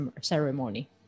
ceremony